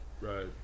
right